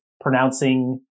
pronouncing